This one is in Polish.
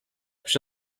przy